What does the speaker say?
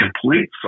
complete